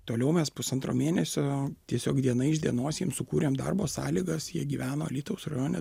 toliau mes pusantro mėnesio tiesiog diena iš dienos jiem sukūrėm darbo sąlygas jie gyveno alytaus rajone